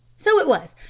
so it was,